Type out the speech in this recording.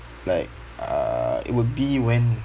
like uh it would be when